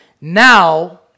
Now